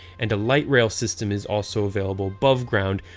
and a light rail system is also available above ground,